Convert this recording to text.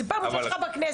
זו פעם ראשונה שלך בכנסת,